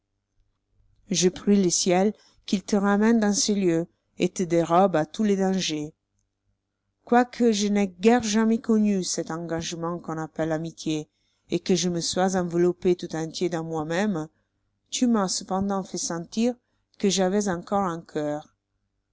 je prie le ciel qu'il te ramène dans ces lieux et te dérobe à tous les dangers quoique je n'aie guère jamais connu cet engagement qu'on appelle amitié et que je me sois enveloppé tout entier dans moi-même tu m'as cependant fait sentir que j'avois encore un cœur